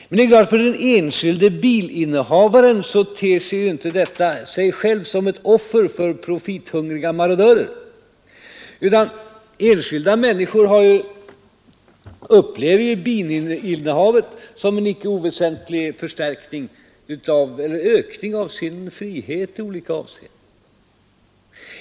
Men för den enskilde bilinnehavaren ter sig inte detta i sig självt som ett offer för profithungriga marodörer. Enskilda människor upplever ju bilinnehavet som en icke oväsentlig ökning av deras frihet i olika avseenden.